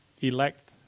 elect